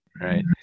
Right